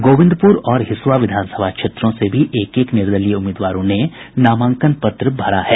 गोविंदपुर और हिसुआ विधानसभा क्षेत्रों से भी एक एक निर्दलीय उम्मीदवारों ने नामांकन पत्र भरा है